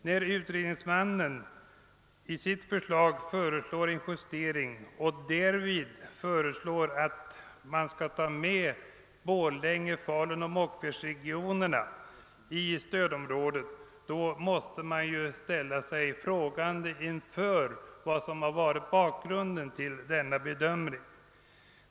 När utredningsmannen föreslår en justering innebärande att man skall ta med Borlänge-, Faluoch Mockfjärdsregionerna i stödområdet, måste man ställa sig frågande inför vad som varit bakgrund till denna bedömning.